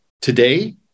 Today